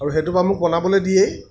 আৰু সেইটো বাৰু মোক বনাবলৈ দিয়েই